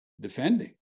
defending